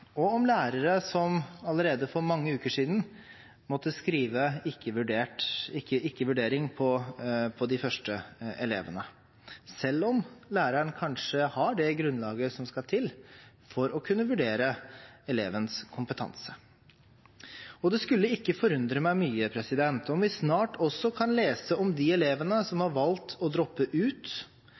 og om lærere som allerede for mange uker siden måtte skrive «ikke vurdering» på de første elevene, selv om læreren kanskje hadde det grunnlaget som skulle til for å kunne vurdere elevens kompetanse. Det skulle ikke forundre meg mye om vi snart også kan lese om de elevene som har valgt å droppe ut